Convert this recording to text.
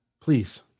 Please